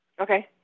Okay